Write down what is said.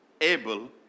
able